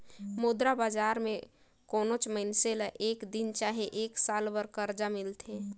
मुद्रा बजार में कोनोच मइनसे ल एक दिन चहे एक साल बर करजा मिलथे